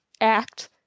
act